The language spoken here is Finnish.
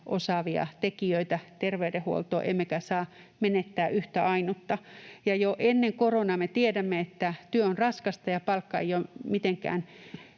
osaavia tekijöitä terveydenhuoltoon emmekä saa menettää yhtä ainutta. Jo ennen koronaa me tiesimme, että työ on raskasta ja palkka ei ole mitenkään